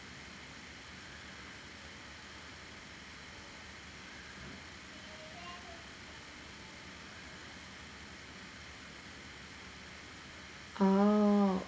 orh